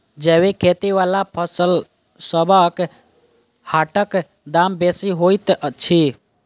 जैबिक खेती बला फसलसबक हाटक दाम बेसी होइत छी